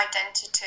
identity